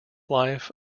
life